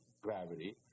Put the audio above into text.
gravity